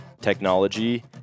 technology